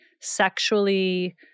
sexually